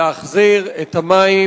להחזיר את המים